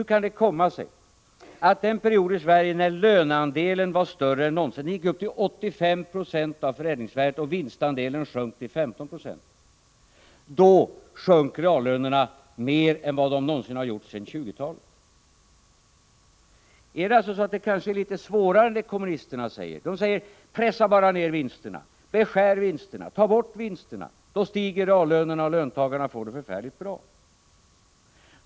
Hur kan det komma sig att under den period då löneandelen i Sverige var större än någonsin — den gick upp till 85 90 av förädlingsvärdet och vinstandelen sjönk till 15 96 — då sjönk reallönerna mer än vad de någonsin har gjort sedan 1920-talet. Det kanske är litet svårare än vad kommunisterna säger? De hävdar: Pressa bara ned vinsterna, beskär vinsterna, ta bort vinsterna. Då stiger reallönerna och löntagarna får det förfärligt bra.